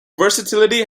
versatility